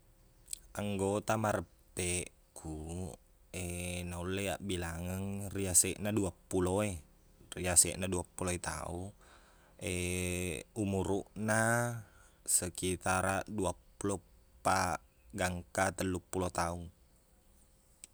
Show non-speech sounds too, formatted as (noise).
Anggota mareppeqkuq (hesitation) naulle iyaq bilangeng riyaseqna duappulo e riyaseqna duappulo e tau umuruqna sekitaraq duappulo eppaq gangka telluppulo taung